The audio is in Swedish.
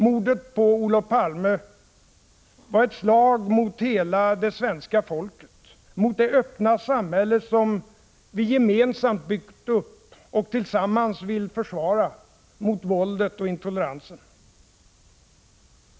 Mordet på Olof Palme var ett slag mot hela det svenska folket, mot det öppna samhälle som vi gemensamt byggt upp och tillsammans vill försvara mot våldet och intoleransen.